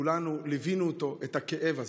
כולנו ליווינו אותו, את הכאב הזה.